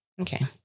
Okay